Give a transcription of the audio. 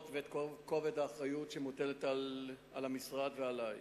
ואת כובד האחריות שמוטלת על המשרד ועלי.